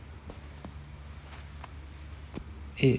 okay